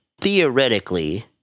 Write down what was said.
theoretically